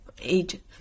eight